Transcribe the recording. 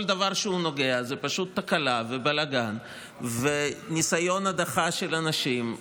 כל דבר שהוא נוגע זה פשוט תקלה ובלגן וניסיון הדחה של אנשים,